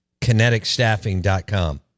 Kineticstaffing.com